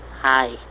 Hi